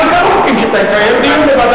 אני העברתי אצלך כמה חוקים ואתה הצבעת בעדי.